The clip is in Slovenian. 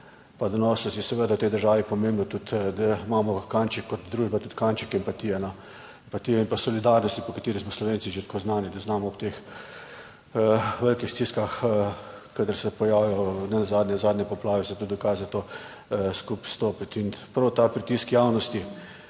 pa donosnosti seveda v tej državi pomembno tudi, da imamo kanček kot družba tudi kanček empatije, empatije in solidarnosti, po kateri smo Slovenci že tako znani, da znamo ob teh velikih stiskah, kadar se pojavijo nenazadnje, zadnje poplave so tudi dokazati skupaj stopiti in prav ta pritisk javnosti,